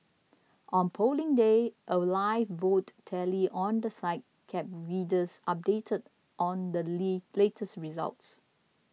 on Polling Day a live vote tally on the site kept readers updated on the latest results